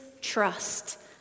trust